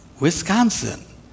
wisconsin